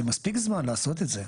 זה מספיק זמן לעשות את זה.